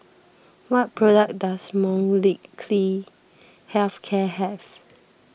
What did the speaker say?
what products does Molnylcke Health Care have